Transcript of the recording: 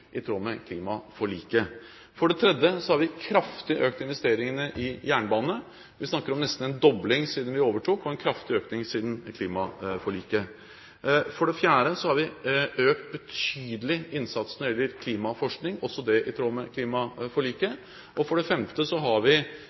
i tråd med klimaforliket. For det tredje har vi økt investeringene i jernbane kraftig. Vi snakker om nesten en dobling siden vi overtok, og en kraftig økning siden klimaforliket. For det fjerde har vi økt innsatsen når det gjelder klimaforskning, betydelig, også det i tråd med klimaforliket. For det femte har vi